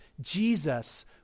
Jesus